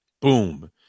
boom